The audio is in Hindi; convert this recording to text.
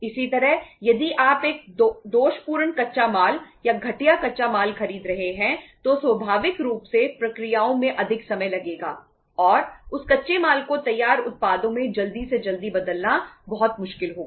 इसी तरह यदि आप एक दोषपूर्ण कच्चा माल या घटिया कच्चा माल खरीद रहे हैं तो स्वाभाविक रूप से प्रक्रियाओं में अधिक समय लगेगा और उस कच्चे माल को तैयार उत्पादों में जल्दी से जल्दी बदलना बहुत मुश्किल होगा